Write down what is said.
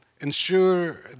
ensure